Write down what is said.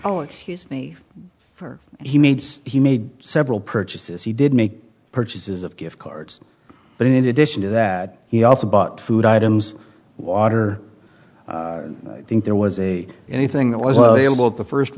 oh excuse me for he needs he made several purchases he did make purchases of gift cards but in addition to that he also bought food items water i think there was a anything that was the first